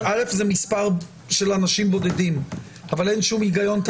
מדובר במספר של אנשים בודדים אבל אין שום היגיון לשלוח